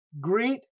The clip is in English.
Greet